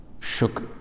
shook